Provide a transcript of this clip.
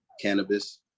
cannabis